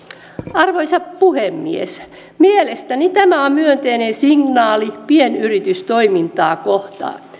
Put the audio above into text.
arvoisa puhemies mielestäni tämä on myönteinen signaali pienyritystoimintaa kohtaan